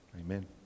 amen